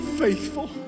faithful